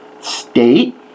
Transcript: state